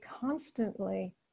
constantly